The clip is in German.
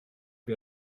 wie